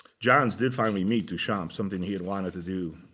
johns did finally meet duchamp, something he had wanted to do.